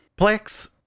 Plex